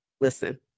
Listen